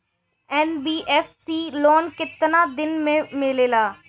NBFC loan केतना दिन मे मिलेला?